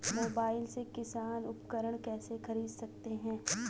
Mobile से किसान उपकरण कैसे ख़रीद सकते है?